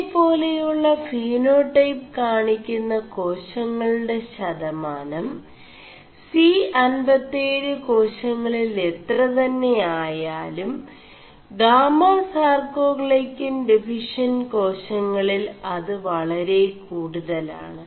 ഇേതേപാെലയുø ഫിേനാൈടç് കാണി ുM േകാശÆളgെട ശതമാനം C57 േകാശÆളിൽ എ4ത തെMയായാലും ഗാമസാർേ ാൈø ൻ െഡഫിഷç ് േകാശÆളിൽ അത് വളര കൂടുതലാണ്